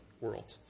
world